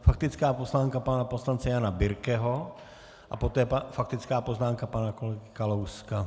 Faktická poznámka pana poslance Jana Birkeho a poté faktická poznámka pana kolegy Kalouska.